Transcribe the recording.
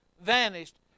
vanished